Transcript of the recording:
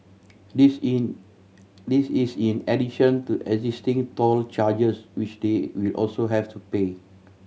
this in this is in addition to existing toll charges which they will also have to pay